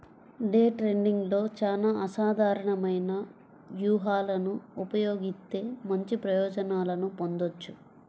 day ట్రేడింగ్లో చానా అసాధారణమైన వ్యూహాలను ఉపయోగిత్తే మంచి ప్రయోజనాలను పొందొచ్చు